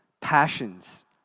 passions